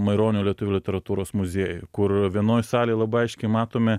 maironio lietuvių literatūros muziejuj kur vienoj salėj labai aiškiai matome